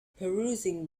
perusing